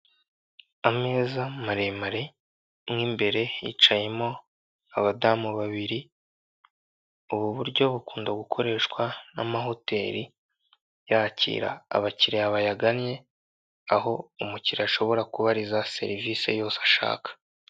Ameza maremare mo imbere hicayemo abamu babiri, ubu buryo bukunda gukoreshwa na amahoteri yakira abakiriya bayagannye, aho umukiriya ashobora kubariza serivisi yose ashaka.